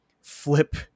flip